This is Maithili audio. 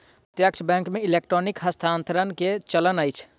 प्रत्यक्ष बैंक मे इलेक्ट्रॉनिक हस्तांतरण के चलन अछि